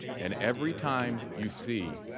and every time you see